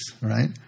right